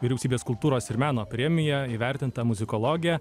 vyriausybės kultūros ir meno premija įvertinta muzikologe